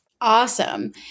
Awesome